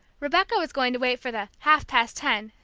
rebecca was going to wait for the half past ten,